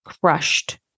crushed